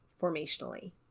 formationally